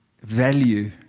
value